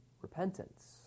repentance